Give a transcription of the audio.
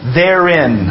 therein